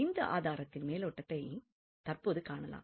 இந்த ஆதாரத்தின் மேலோட்டத்தை தற்போது காணலாம்